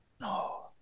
no